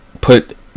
put